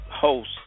host